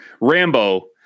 Rambo